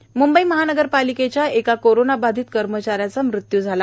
दरम्यान मंंबई महानगरपालिकेच्या एका कोरोनाबाधित कर्मचाऱ्याचा मृत्यू झाला